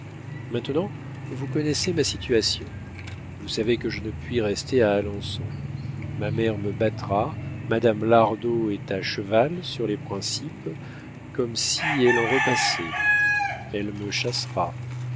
maintenant vous connaissez ma situation vous savez que je ne puis rester à alençon ma mère me battra madame lardot est à cheval sur les principes comme si elle en repassait elle me chassera